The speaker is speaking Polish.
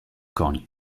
koń